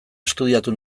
estudiatu